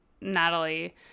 Natalie